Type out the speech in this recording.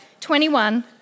21